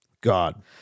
God